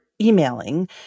emailing